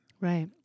Right